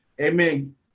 amen